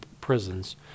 prisons